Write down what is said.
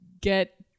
get